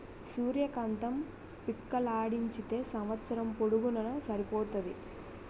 సూర్య కాంతం పిక్కలాడించితే సంవస్సరం పొడుగునూన సరిపోతాది